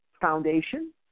foundation